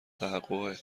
تحقق